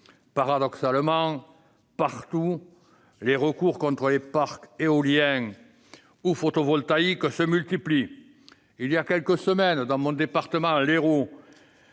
Paradoxalement, les recours contre les parcs éoliens ou photovoltaïques se multiplient partout. Voilà quelques semaines, dans mon département de